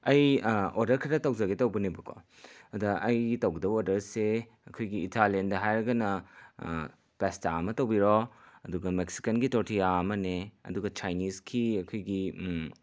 ꯑꯩ ꯑꯣꯗꯔ ꯈꯔ ꯇꯧꯖꯒꯦ ꯇꯧꯕꯅꯦꯕꯀꯣ ꯑꯗ ꯑꯩꯒꯤ ꯇꯧꯒꯗꯕ ꯑꯣꯗꯔꯁꯦ ꯑꯩꯈꯣꯏꯒꯤ ꯏꯇꯥꯂꯤꯌꯟꯗ ꯍꯥꯏꯔꯒꯅ ꯄꯦꯁꯇꯥ ꯑꯃ ꯇꯧꯕꯤꯔꯣ ꯑꯗꯨꯒ ꯃꯦꯛꯁꯤꯀꯟꯒꯤ ꯇꯣꯔꯇꯤꯌꯥ ꯑꯃꯅꯦ ꯑꯗꯨꯒ ꯆꯥꯏꯅꯤꯁꯀꯤ ꯑꯩꯈꯣꯏꯒꯤ